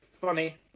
funny